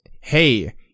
hey